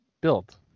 built